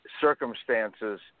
circumstances